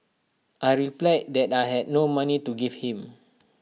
I replied that I had no money to give him